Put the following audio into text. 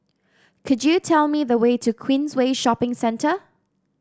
could you tell me the way to Queensway Shopping Centre